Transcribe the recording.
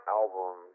album